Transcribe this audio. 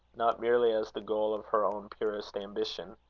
not merely as the goal of her own purest ambition!